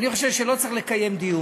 אני חושב שלא צריך לקיים דיון.